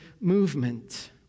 movement